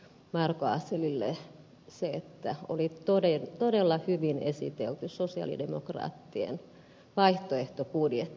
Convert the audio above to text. marko asellille se että oli todella hyvin esitelty sosialidemokraattien vaihtoehtobudjetti